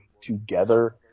together